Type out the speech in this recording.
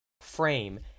frame